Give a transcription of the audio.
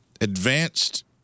advanced